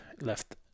left